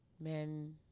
men